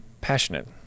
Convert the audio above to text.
passionate